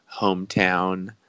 hometown